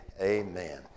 amen